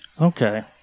Okay